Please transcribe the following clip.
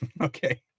Okay